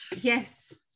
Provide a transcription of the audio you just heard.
Yes